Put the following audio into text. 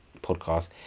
podcast